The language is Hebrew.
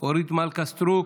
אורית מלכה סטרוק,